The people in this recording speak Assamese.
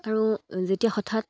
আৰু যেতিয়া হঠাৎ